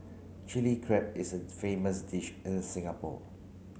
Chilli Crab is a famous dish in Singapore